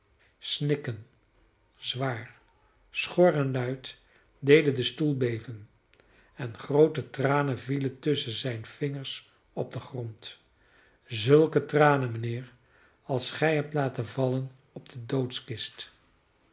snikken zwaar schor en luid deden den stoel beven en groote tranen vielen tusschen zijne vingers op den grond zulke tranen mijnheer als gij hebt laten vallen op de doodkist